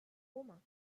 romains